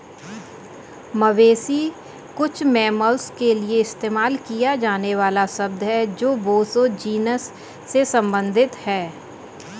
मवेशी कुछ मैमल्स के लिए इस्तेमाल किया जाने वाला शब्द है जो बोसो जीनस से संबंधित हैं